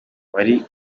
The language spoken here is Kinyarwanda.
wari